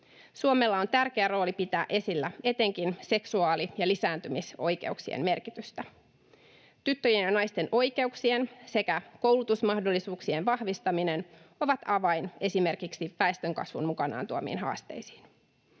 Suomella on tärkeä rooli pitää esillä etenkin seksuaali- ja lisääntymisoikeuksien merkitystä. Tyttöjen ja naisten oikeuksien sekä koulutusmahdollisuuksien vahvistaminen ovat avain esimerkiksi väestönkasvun mukanaan tuomiin haasteisiin.